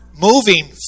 moving